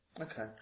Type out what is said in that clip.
Okay